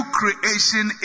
creation